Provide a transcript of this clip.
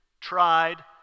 tried